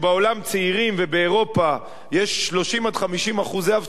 וכשבאירופה יש 30% 50% אבטלה,